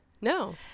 No